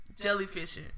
Jellyfishing